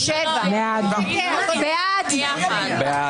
מי נגד?